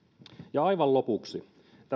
aivan lopuksi